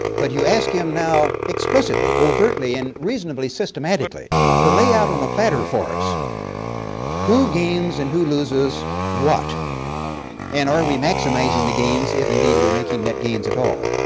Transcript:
but you ask him now explicitly, overtly and reasonably systematically to lay out on a platter for us who gains and who loses what and are we maximizing the gains if, indeed, we're making net gains at all.